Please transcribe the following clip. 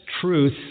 truth